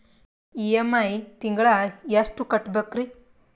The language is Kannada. ಇ.ಎಂ.ಐ ತಿಂಗಳ ಎಷ್ಟು ಕಟ್ಬಕ್ರೀ?